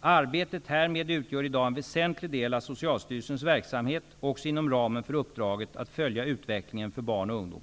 Arbetet härmed utgör i dag en väsentlig del av Socialstyrelsens verksamhet, också inom ramen för uppdraget att följa utvecklingen för barn och ungdom.